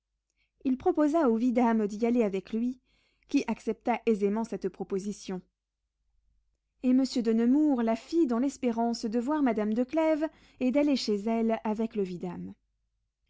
il proposa au vidame d'y aller avec lui qui accepta aisément cette proposition et monsieur de nemours la fit dans l'espérance de voir madame de clèves et d'aller chez elle avec le vidame